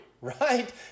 right